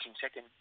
second